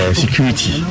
security